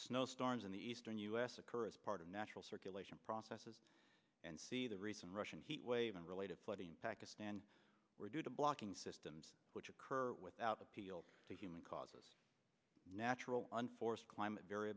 snowstorms in the eastern us occur as part of natural circulation processes and c the recent russian heat wave and related flooding in pakistan were due to blocking systems which occur without appeal to human causes natural unforced climate v